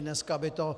Dneska by to...